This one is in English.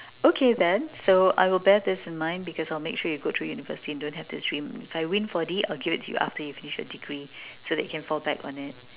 okay then so I will bear this in mind because I will make sure you go through university and don't have this dream if I win four D I will give it to you after you finish your degree so that you can fall back on it